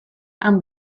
han